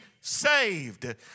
saved